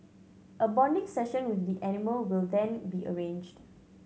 a bonding session with the animal will then be arranged